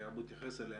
שאבו התייחס אליה.